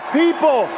people